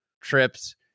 trips